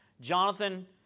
Jonathan